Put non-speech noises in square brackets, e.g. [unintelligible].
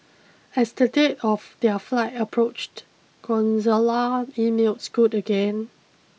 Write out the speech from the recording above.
as the date of their flight approached [unintelligible] emailed Scoot again